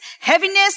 heaviness